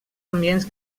ambients